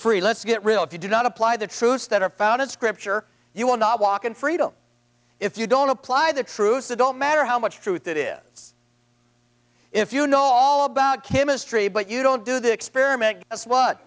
free let's get real if you do not apply the truths that are found in scripture you will not walk in freedom if you don't apply the truths that don't matter how much truth it is if you know all about chemistry but you don't do the experiment that's wh